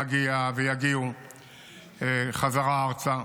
ויגיע ויגיעו חזרה ארצה,